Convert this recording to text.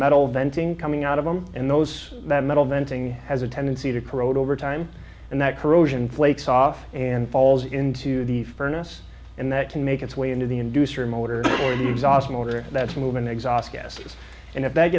metal venting coming out of them and those that metal venting has a tendency to corrode over time and that corrosion flakes off and falls into the furnace and that can make its way into the inducer motor or the exhaust motor that's a move an exhaust gas and if that